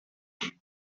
میریخت